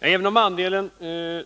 Även om andelen